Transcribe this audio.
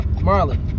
Marley